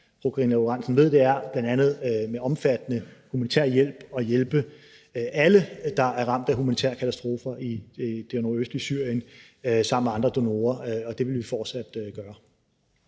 Dehnhardt jo ved, er, at vi med omfattende humanitær hjælp hjælper alle, der er ramt af humanitære katastrofer i det nordøstlige Syrien, sammen med andre donorer, og det vil vi fortsat gøre.